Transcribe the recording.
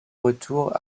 retours